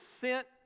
sent